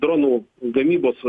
dronų gamybos